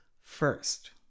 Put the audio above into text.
first